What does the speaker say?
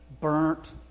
burnt